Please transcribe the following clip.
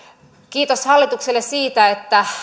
kiitos hallitukselle siitä että